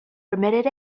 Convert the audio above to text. permitted